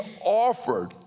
offered